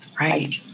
right